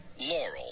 Laurel